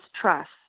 trust